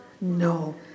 No